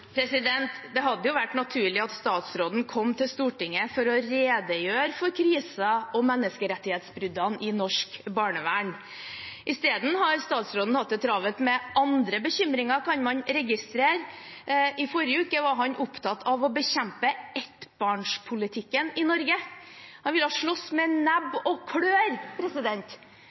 Det hadde vært naturlig at statsråden kom til Stortinget for å redegjøre for krisen og menneskerettighetsbruddene i norsk barnevern. Isteden har statsråden hatt det travelt med andre bekymringer, kan man registrere. I forrige uke var han opptatt av å bekjempe ettbarnspolitikken i Norge. Han ville slåss med nebb og klør.